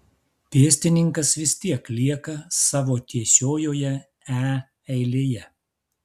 pėstininkas vis tiek lieka savo tiesiojoje e eilėje